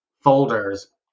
folders